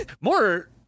more